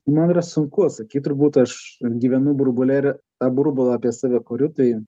man yra sunku atsakyt turbūt aš gyvenu burbule ir tą burbulą apie save kuriu tai